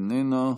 איננה.